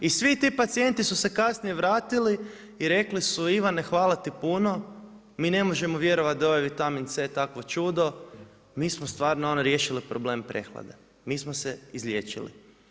I svi ti pacijenti su se kasnije vratili i rekli su Ivane hvala ti puno, mi ne možemo vjerovati da ovaj vitamin C takvo čudo, mi smo stvarno ono riješili problem prehlade, mi smo se izliječili.